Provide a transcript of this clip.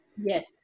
Yes